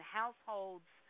households